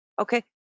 Okay